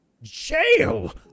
Jail